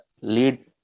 lead